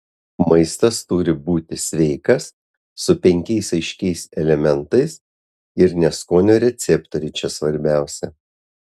maistas turi būti sveikas su penkiais aiškiais elementais ir ne skonio receptoriai čia svarbiausia